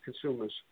consumers